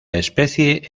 especie